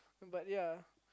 but ya